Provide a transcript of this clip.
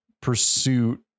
pursuit